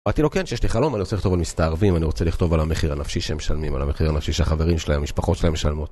אמרתי לו כן שיש לי חלום, אני רוצה לכתוב על מסתערבים, אני רוצה לכתוב על המחיר הנפשי שהם משלמים, על המחיר הנפשי שהחברים שלהם, שהמשפחות שלהם משלמות.